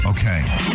Okay